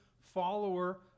follower